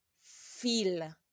feel